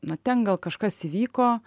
na ten gal kažkas įvyko